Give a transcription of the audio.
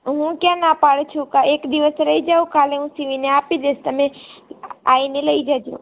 હું ક્યાં ના પાડું છું એક દિવસ રાઈ જાઓ કાલે હું સીવીને આપી દાઈશ તમે આવીને લઈ જાજો